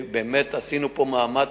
באמת, עשינו פה מאמץ.